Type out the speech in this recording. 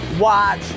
watch